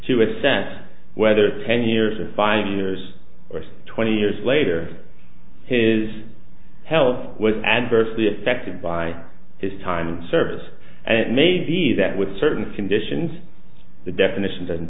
to a sense whether ten years or five years or twenty years later his health was adversely affected by his time in service and maybe that with certain conditions the definition doesn't